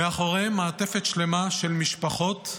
מאחוריהם מעטפת שלמה של משפחות,